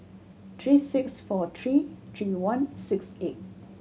three six four three three one six eight